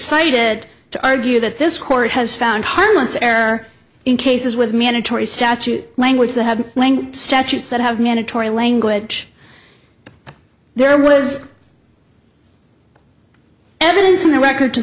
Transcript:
cited to argue that this court has found harmless error in cases with mandatory statute language that have lang statutes that have mandatory language there was evidence in the record to